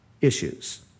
issues